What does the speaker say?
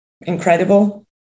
incredible